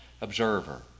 observer